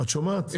את שומעת?